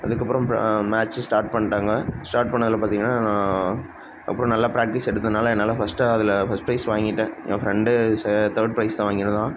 அதுக்கப்புறம் இப்போ match start பண்ணிட்டாங்க ஸ்டார்ட் பண்ணதில் பார்த்திங்கன்னா நான் அப்புறம் நல்லா ப்ராக்டிஸ் எடுத்ததுனால் என்னால் ஃபஸ்ட்டாக அதில் ஃபஸ்ட் ப்ரைஸ் வாங்கிவிட்டேன் என் ஃப்ரெண்டு ச தேர்ட் ப்ரைஸ் தான் வாங்கியிருந்தான்